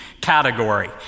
category